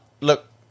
look